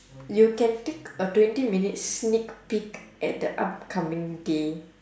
you can take a twenty minute sneak peek at the upcoming day